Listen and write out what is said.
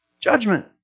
Judgment